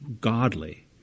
godly